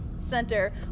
center